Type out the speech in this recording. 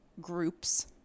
groups